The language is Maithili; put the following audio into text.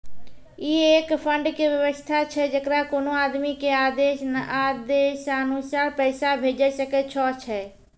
ई एक फंड के वयवस्था छै जैकरा कोनो आदमी के आदेशानुसार पैसा भेजै सकै छौ छै?